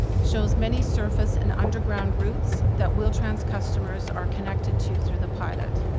shows many surface and underground routes that wheel-trans customers are connected to through the pilot.